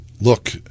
look